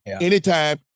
anytime